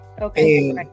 Okay